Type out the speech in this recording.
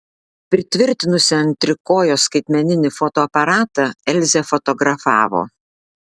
pritvirtinusi ant trikojo skaitmeninį fotoaparatą elzė fotografavo